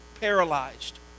paralyzed